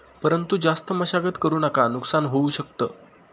परंतु जास्त मशागत करु नका नुकसान होऊ शकत